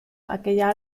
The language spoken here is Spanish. aquella